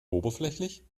oberflächlich